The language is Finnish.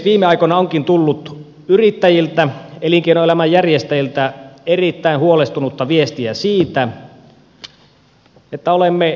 viime aikoina onkin tullut yrittäjiltä elinkeinoelämän järjestäjiltä erittäin huolestunutta viestiä siitä että olemme menettämässä kilpailukykyä